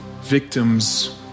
victims